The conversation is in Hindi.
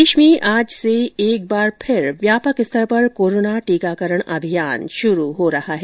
प्रदेश में आज से एक बार फिर व्यापक स्तर पर कोरोना टीकाकरण अभियान शुरू हो गया है